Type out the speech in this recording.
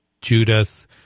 Judas